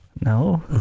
No